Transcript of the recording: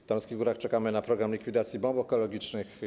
W Tarnowskich Górach czekamy na program likwidacji bomb ekologicznych.